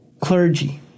clergy